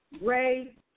Ray